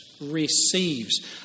receives